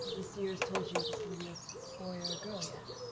the seers told you if it's going to be a boy or a girl yet?